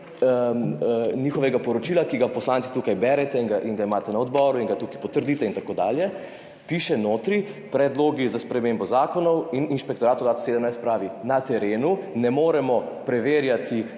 njihovega poročila, ki ga poslanci tukaj berete, imate ga na odboru in ga tukaj potrdite in tako dalje, notri piše, predlogi za spremembo zakonov. Inšpektorat leta 2017 pravi: »Na terenu ne moremo preverjati